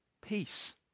Peace